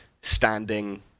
standing